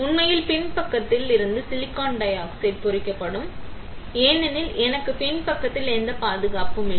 உண்மையில் பின்பக்கத்தில் இருந்து சிலிக்கான் டை ஆக்சைடு பொறிக்கப்படும் ஏனெனில் எனக்கு பின் பக்கத்தில் எந்த பாதுகாப்பும் இல்லை